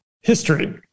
history